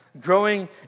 Growing